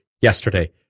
yesterday